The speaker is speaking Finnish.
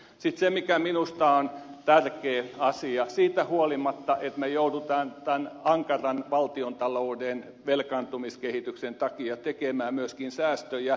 sitten se mikä minusta on tärkeä asia siitä huolimatta että me joudumme tämän ankaran valtiontalouden velkaantumiskehityksen takia tekemään myöskin säästöjä